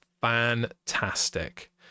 fantastic